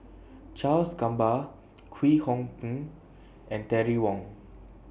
Charles Gamba Kwek Hong Png and Terry Wong